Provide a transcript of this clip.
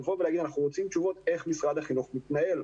להגיד: אנחנו רוצים תשובות איך משרד החינוך מתנהל,